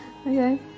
Okay